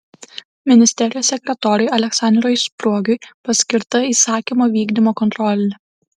ministerijos sekretoriui aleksandrui spruogiui paskirta įsakymo vykdymo kontrolė